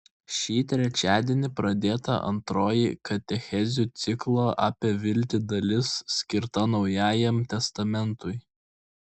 šį trečiadienį pradėta antroji katechezių ciklo apie viltį dalis skirta naujajam testamentui